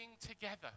together